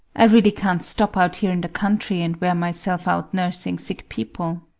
i really can't stop out here in the country and wear myself out nursing sick people.